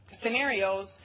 scenarios